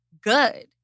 good